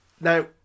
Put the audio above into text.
Now